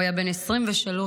הוא היה בן 23 בנופלו.